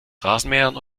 rasenmähern